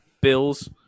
Bills